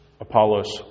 Apollos